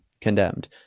condemned